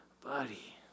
Buddy